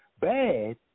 bad